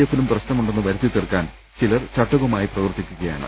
എഫിലും പ്രശ്നമുണ്ടെന്ന് വരുത്തി തീർക്കാൻ ചിലർ ചട്ടുകമായി പ്രവർത്തിക്കുകയാണ്